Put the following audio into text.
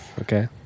Okay